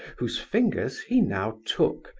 whose fingers he now took,